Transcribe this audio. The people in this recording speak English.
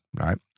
right